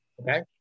okay